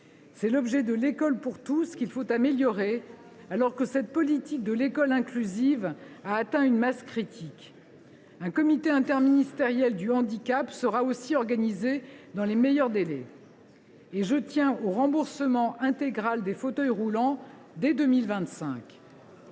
C’est l’objet de l’école pour tous, qu’il faut améliorer, alors que la politique de l’école inclusive a atteint une masse critique. Un comité interministériel du handicap sera aussi organisé dans les meilleurs délais. Et je tiens au remboursement intégral des fauteuils roulants dès 2025.